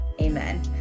amen